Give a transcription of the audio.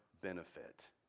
benefit